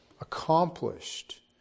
accomplished